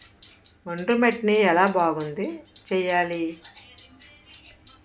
ఒండ్రు మట్టిని ఎలా బాగుంది చేయాలి?